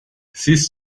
siehst